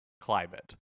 climate